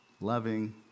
loving